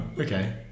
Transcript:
okay